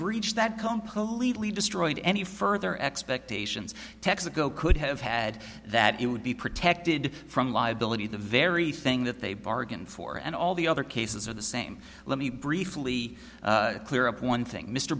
breach that campoli destroyed any further expectations texaco could have had that it would be protected from liability the very thing that they bargained for and all the other cases are the same let me briefly clear up one thing mr